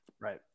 right